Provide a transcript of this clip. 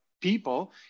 people